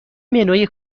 منوی